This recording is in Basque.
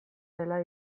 dela